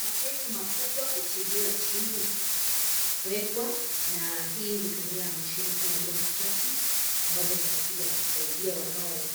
mapaipu makubwa huchimbiwa chini na kuwekwa, na hii hutumia mashini kama vile matrakta, ambazo zinakuja na kusaidia wanao